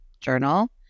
journal